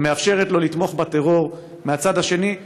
ומאפשרת לו לתמוך בטרור מהצד השני,